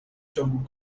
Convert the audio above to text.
ciągu